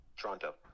Toronto